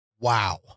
wow